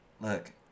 Look